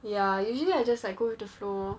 ya usually I just go with the flow